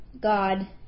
God